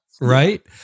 Right